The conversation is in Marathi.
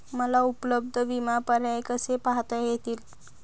मला उपलब्ध विमा पर्याय कसे पाहता येतील?